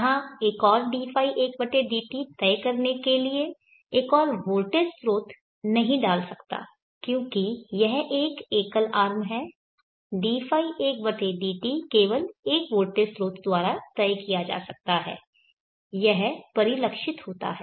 यहाँ मैं एक और dϕ1dt तय करने के लिए एक और वोल्टेज स्रोत नहीं डाल सकता क्योंकि यह एक एकल आर्म है dϕ1dt केवल एक वोल्टेज स्रोत द्वारा तय किया जा सकता है यह परिलक्षित होता है